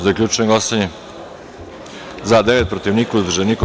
Zaključujem glasanje: za – devet, protiv – niko, uzdržan – niko.